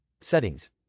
Settings